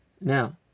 now